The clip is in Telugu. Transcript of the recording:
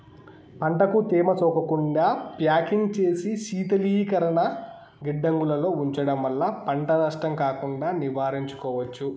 పంటకు తేమ సోకకుండా ప్యాకింగ్ చేసి శీతలీకరణ గిడ్డంగులలో ఉంచడం వల్ల పంట నష్టం కాకుండా నివారించుకోవచ్చు